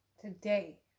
Today